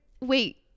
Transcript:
wait